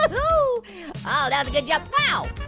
ah oh oh that was a good jump. wow,